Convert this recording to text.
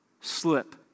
slip